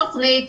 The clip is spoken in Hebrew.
יש תכנית,